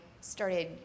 started